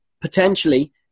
potentially